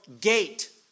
gate